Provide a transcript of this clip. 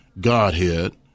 Godhead